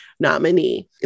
nominee